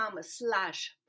slash